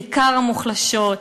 בעיקר המוחלשות,